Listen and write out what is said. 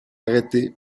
arrêté